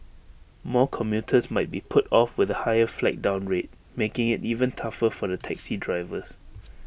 more commuters might be put off with A higher flag down rate making IT even tougher for the taxi drivers